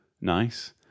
Nice